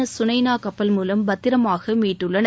S Sunaina கப்பல் மூலம் பத்திரமாக மீட்டுள்ளனர்